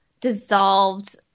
dissolved